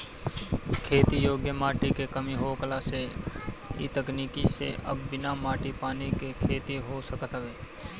खेती योग्य माटी के कमी होखला से इ तकनीकी से अब बिना माटी पानी के खेती हो सकत हवे